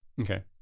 Okay